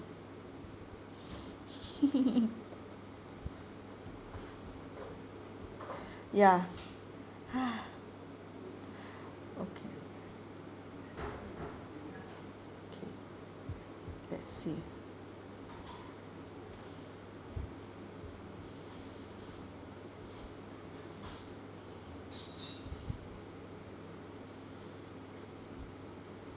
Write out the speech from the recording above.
ya okay okay let's see